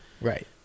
Right